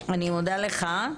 אני מודה לך.